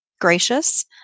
Gracious